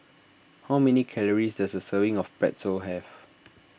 how many calories does a serving of Pretzel have